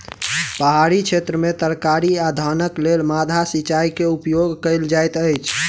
पहाड़ी क्षेत्र में तरकारी आ धानक लेल माद्दा सिचाई के उपयोग कयल जाइत अछि